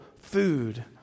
food